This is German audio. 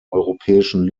europäischen